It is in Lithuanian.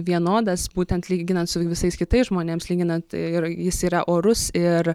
vienodas būtent lyginant su visais kitais žmonėms lyginant ir jis yra orus ir